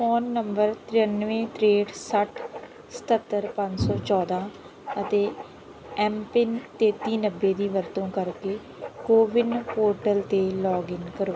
phone number ਤਰਾਨਵੇਂ ਤ੍ਰੇਹਠ ਸੱਠ ਸਤੱਤਰ ਪੰਜ ਸੌ ਚੌਦ੍ਹਾਂ ਅਤੇ ਐਮਪਿੰਨ ਤੇਤੀ ਨੱਬੇ ਦੀ ਵਰਤੋਂ ਕਰਕੇ ਕੋਵਿਨ ਪੋਰਟਲ 'ਤੇ ਲੌਗਇਨ ਕਰੋ